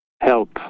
help